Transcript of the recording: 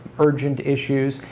urgent issues,